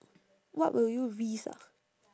what will you risk ah